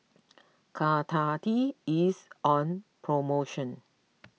Caltrate is on promotion